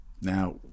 Now